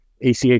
ACH